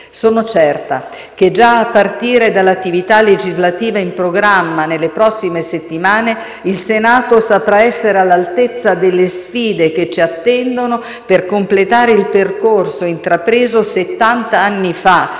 Sono certa che, già a partire dall'attività legislativa in programma nelle prossime settimane, il Senato saprà essere all'altezza delle sfide che ci attendono, per completare il percorso intrapreso settanta